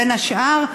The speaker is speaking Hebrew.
בין השאר,